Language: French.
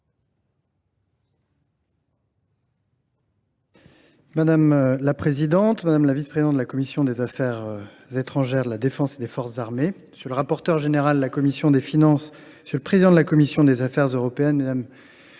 Madame la présidente, madame la vice présidente de la commission des affaires étrangères, de la défense et des forces armées, monsieur le rapporteur général de la commission des finances, monsieur le président de la commission des affaires européennes,